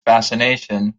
fascination